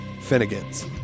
Finnegan's